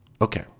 Okay